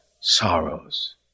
Sorrows